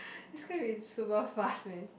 this gonna be super fast lane